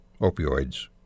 opioids